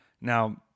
Now